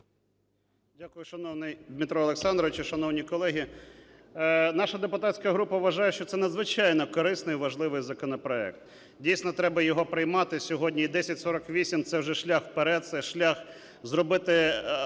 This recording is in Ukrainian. Дякую. Шановний Дмитро Олександрович, шановні колеги, наша депутатська група вважає, що це надзвичайно корисний і важливий законопроект. Дійсно треба його приймати сьогодні і 1048 це вже шлях вперед, це шлях зробити